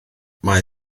mae